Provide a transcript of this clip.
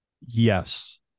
yes